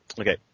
Okay